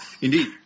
Indeed